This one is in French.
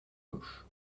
gauche